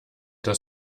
das